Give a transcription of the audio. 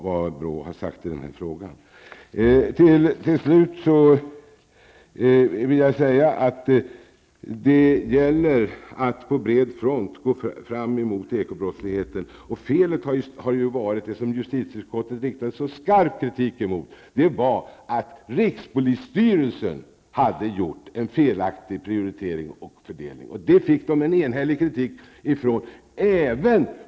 Vad BRÅ har sagt i den här frågan får alltså en felaktig etikett. Till slut: Det gäller att på bred front gå fram mot ekobrottsligheten. Felet var, och här har justitieutskottet framfört skarp kritik, att rikspolisstyrelsen hade gjort en felaktig prioritering och fördelning. För detta fick man motta en enhällig kritik.